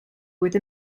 with